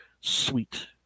sweet